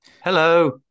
Hello